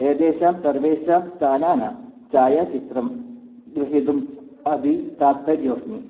एतेषां सर्वेषां स्थानानां चायाचित्रं गृहीतुम् अदि तात्पर्योऽस्मि